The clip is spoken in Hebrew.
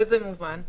באיזה מובן?